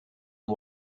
and